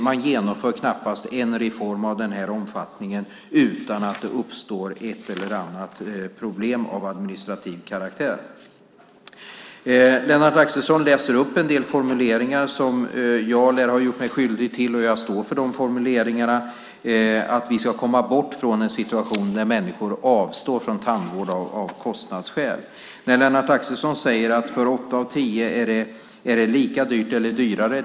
Man genomför knappast en reform av den här omfattningen utan att det uppstår ett eller annat problem av administrativ karaktär. Lennart Axelsson läser upp en del formuleringar som jag lär ha gjort mig skyldig till. Jag står för de formuleringarna, att vi ska komma bort från en situation där människor avstår från tandvård av kostnadsskäl. Lennart Axelsson säger att det för åtta av tio är lika dyrt eller dyrare.